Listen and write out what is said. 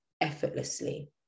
effortlessly